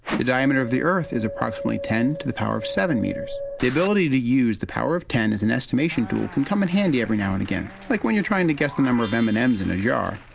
the diameter of the earth is approximately ten to the power of seven meters. the ability to use the power of ten as an estimation tool can come in handy every now and again, like when you're trying to guess the number of m and m's in a jar,